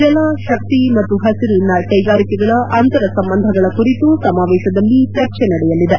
ಜಲ ಶಕ್ತಿ ಮತ್ತು ಹಸಿರು ಕೈಗಾರಿಕೆಗಳ ಅಂತರ ಸಂಬಂಧಗಳ ಕುರಿತು ಸಮಾವೇಶದಲ್ಲಿ ಚರ್ಚೆ ನಡೆಯಲಿದೆ